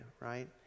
right